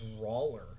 brawler